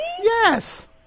Yes